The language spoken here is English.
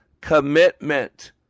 commitment